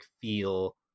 feel